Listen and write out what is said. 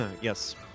Yes